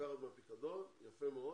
לקחת מהפיקדון, זה יפה מאוד,